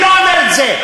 אני לא אומר את זה.